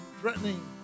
threatening